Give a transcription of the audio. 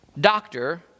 doctor